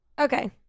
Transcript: Okay